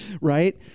Right